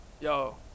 yo